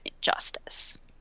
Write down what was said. justice